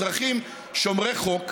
אזרחים שומרי חוק,